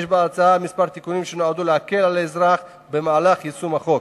יש בהצעה כמה תיקונים שנועדו להקל על האזרח במהלך יישום החוק.